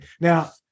Now